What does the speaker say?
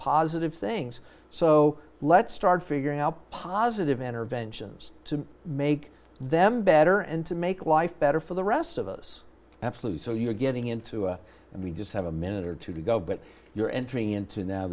positive things so let's start figuring out positive enter vengeance to make them better and to make life better for the rest of us absolutely so you're getting into and we just have a minute or two to go but you're entering into now